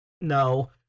no